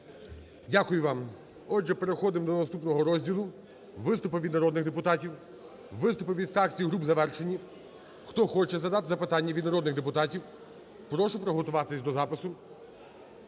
Дякую вам. Отже, переходимо до наступного розділу – виступи від народних депутатів. Виступи від фракцій і груп завершені. Хто хоче задати запитання від народних депутатів, прошу приготуватись до запису